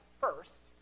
first